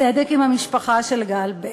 צדק עם המשפחה של גל בק.